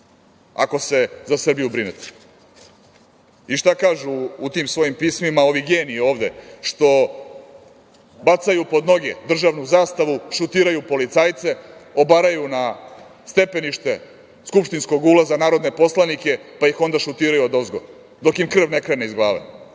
ako se za Srbiju brinete. Šta kažu u tim svojim pismima ovi geniji ovde što bacaju pod noge državnu zastavu, šutiraju policajce, obaraju na stepenište skupštinskog ulaza narodne poslanike, pa ih onda šutiraju odozgo dok im krv ne krene iz glave?